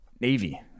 Navy